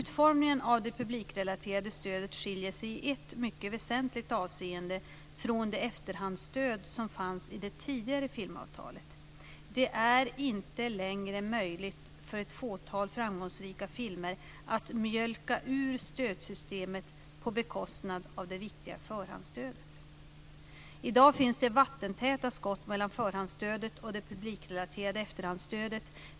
Utformningen av det publikrelaterade stödet skiljer sig i ett mycket väsentligt avseende från det efterhandsstöd som fanns i det tidigare filmavtalet. Det är inte längre möjligt för ett fåtal framgångsrika filmer att mjölka ur stödsystemet på bekostnad av det viktiga förhandsstödet. I dag finns det vattentäta skott mellan förhandsstödet och det publikrelaterade efterhandsstödet.